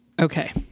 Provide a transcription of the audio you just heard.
Okay